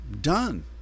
done